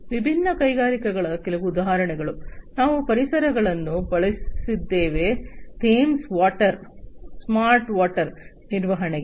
ವಿವಿಧ ಕೈಗಾರಿಕೆಗಳ ಕೆಲವು ಉದಾಹರಣೆಗಳು ನಾನು ಪರಿಹಾರಗಳನ್ನು ಬಳಸಿದ್ದೇನೆ ಥೇಮ್ಸ್ ವಾಟರ್ ಸ್ಮಾರ್ಟ್ ವಾಟರ್ ನಿರ್ವಹಣೆಗೆ